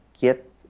get